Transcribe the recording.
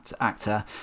actor